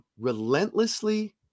relentlessly